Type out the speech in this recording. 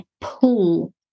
pull